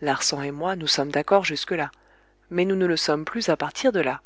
larsan et moi nous sommes d'accord jusquelà mais nous ne le sommes plus à partir de là